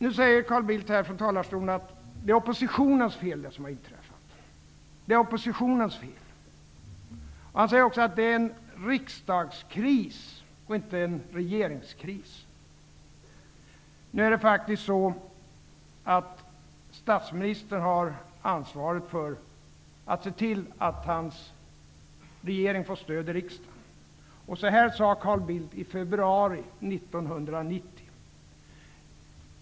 Nu säger Carl Bildt från talarstolen att det som har inträffat är oppositionens fel. Han säger också att det är en riksdagskris och inte en regeringskris. Nu är det faktiskt så att statsministern har ansvaret att se till att hans regering får stöd i riksdagen. Så här sade Carl Bildt i februari 1990.